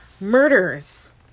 murders